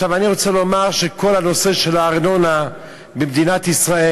אני רוצה לומר שכל הנושא של הארנונה במדינת ישראל,